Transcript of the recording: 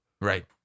Right